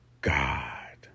God